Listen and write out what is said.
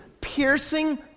piercing